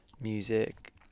music